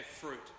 fruit